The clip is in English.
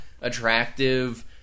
attractive